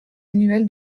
annuel